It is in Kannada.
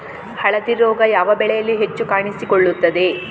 ಹಳದಿ ರೋಗ ಯಾವ ಬೆಳೆಯಲ್ಲಿ ಹೆಚ್ಚು ಕಾಣಿಸಿಕೊಳ್ಳುತ್ತದೆ?